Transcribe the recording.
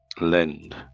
lend